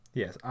Yes